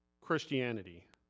Christianity